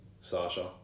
Sasha